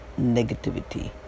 negativity